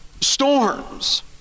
storms